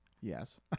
Yes